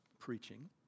preaching